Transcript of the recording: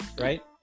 right